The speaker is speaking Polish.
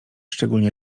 szczególniej